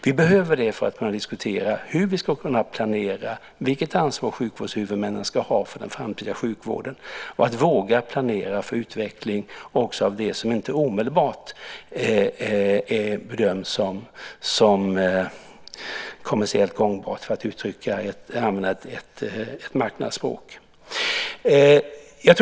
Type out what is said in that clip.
Vi behöver det för att kunna diskutera hur vi ska planera, vilket ansvar sjukvårdshuvudmännen ska ha för den framtida sjukvården och att våga planera för utveckling också av det som inte omedelbart bedöms som kommersiellt gångbart, för att använda ett marknadsspråk.